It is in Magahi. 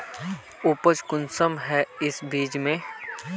उपज कुंसम है इस बीज में?